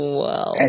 wow